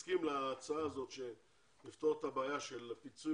מסכים להצעה הזאת של לפתור את הבעיה של הפיצוי